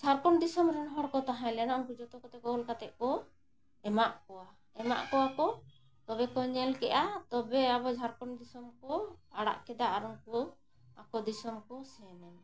ᱡᱷᱟᱲᱠᱷᱚᱸᱰ ᱫᱤᱥᱚᱢ ᱨᱮᱱ ᱦᱚᱲᱠᱚ ᱛᱟᱦᱮᱸ ᱞᱮᱱᱟ ᱩᱱᱠᱩ ᱡᱚᱛᱚ ᱠᱚᱛᱮ ᱠᱚ ᱚᱞ ᱠᱟᱛᱮᱫ ᱠᱚ ᱮᱢᱟᱜ ᱠᱚᱣᱟ ᱮᱢᱟᱜ ᱠᱚᱣᱟ ᱠᱚ ᱛᱚᱵᱮ ᱠᱚ ᱧᱮᱞ ᱠᱮᱫᱼᱟ ᱛᱚᱵᱮ ᱟᱵᱚ ᱡᱷᱟᱲᱠᱷᱚᱸᱰ ᱫᱤᱥᱚᱢ ᱠᱚ ᱟᱲᱟᱜ ᱠᱮᱫᱟ ᱟᱨ ᱩᱱᱠᱩ ᱟᱠᱚ ᱫᱤᱥᱚᱢ ᱠᱚ ᱥᱮᱱ ᱮᱱᱟ